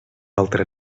altre